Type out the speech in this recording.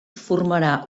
formarà